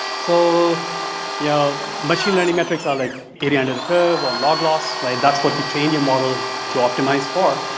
so yeah much of learning metrics are like hitting under the curve or log lost, like that's what you trained your model to optimize for.